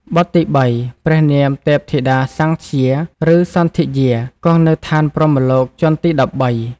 បុត្រទី៣ ព្រះនាម ទេពធីតាសំធ្យា ឬសន្ធិយា គង់នៅឋានព្រហ្មលោកជាន់ទី១៣ ។